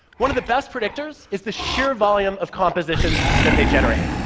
one of the best predictors is the sheer volume of compositions that they generate.